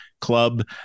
club